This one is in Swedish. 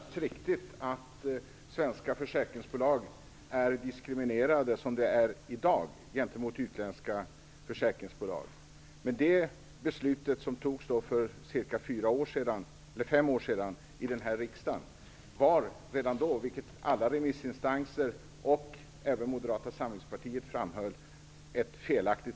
Fru talman! Det är naturligtvis alldeles riktigt att svenska försäkringsbolag i dag är diskriminerade jämfört med utländska försäkringsbolag. Det beslut som fattades för fem år sedan i denna riksdag var redan då ett felaktigt beslut, vilket alla remissinstanser och även Moderata samlingspartiet framhöll.